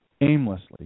aimlessly